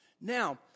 Now